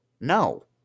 No